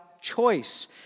choice